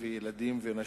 אנשים, ילדים ונשים,